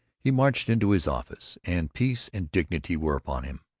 he marched into his office, and peace and dignity were upon him,